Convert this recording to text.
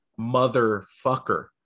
motherfucker